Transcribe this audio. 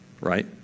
right